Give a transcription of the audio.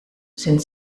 sind